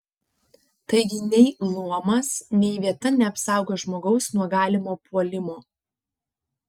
taigi nei luomas nei vieta neapsaugo žmogaus nuo galimo puolimo